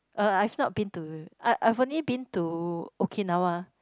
uh I've not been to I I've only been to Okinawa